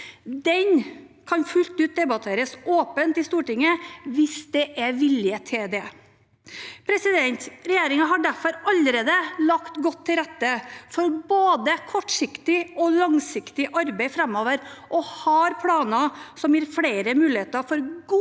Den kan fullt ut debatteres åpent i Stortinget hvis det er vilje til det. Regjeringen har derfor allerede lagt godt til rette for både kortsiktig og langsiktig arbeid framover og har planer som gir flere muligheter for gode